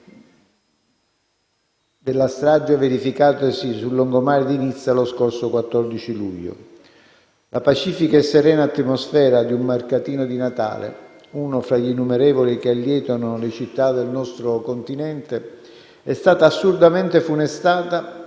strage verificatasi sul lungomare di Nizza lo scorso 14 luglio. La pacifica e serena atmosfera di un mercatino di Natale, uno tra gli innumerevoli che allietano le città del nostro continente, è stata assurdamente funestata